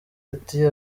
ati